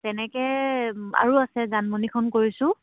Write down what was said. তেনেকে আৰু আছে জানমনিখন কৰিছোঁ